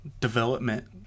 development